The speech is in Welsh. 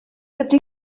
ydy